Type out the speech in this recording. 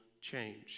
change